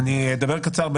אדבר קצר,